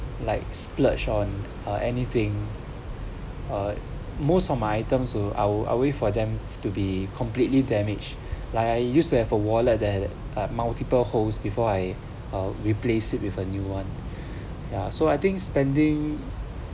like splurge on uh anything uh most of my items will I wait for them to be completely damaged like I used to have a wallet that have multiple holes before I uh replaced it with a new one ya so I think spending